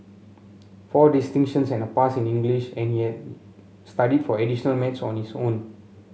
four distinctions and a pass in English and he had studied for additional maths on his own